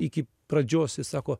iki pradžios jis sako